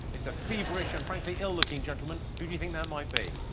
it's a feverish and frankly ill looking gentleman. who do you think that might be?